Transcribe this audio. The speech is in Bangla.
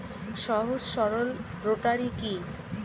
সহজ সরল রোটারি কি?